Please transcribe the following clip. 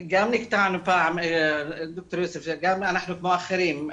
גם אנחנו כמו אחרים,